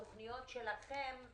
מסונכרנים בתכניות שלכם,